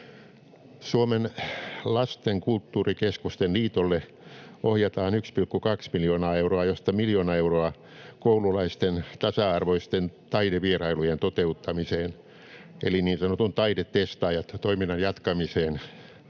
Suomen lastenkulttuurikeskusten liitolle ohjataan 1,2 miljoonaa euroa, josta miljoona euroa koululaisten tasa-arvoisten taidevierailujen toteuttamiseen eli niin sanotun Taidetestaajat-toiminnan jatkamiseen